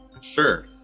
Sure